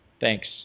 Thanks